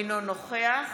אינו נוכח